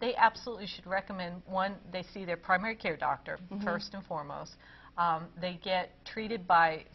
they absolutely should recommend one they see their primary care doctor first and foremost they get treated by